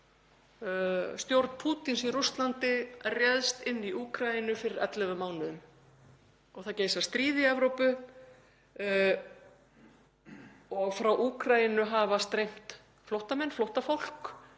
Stjórn Pútíns í Rússlandi réðst inn í Úkraínu fyrir 11 mánuðum. Það geisar stríð í Evrópu og frá Úkraínu hafa streymt flóttamenn, flóttafólk.